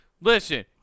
Listen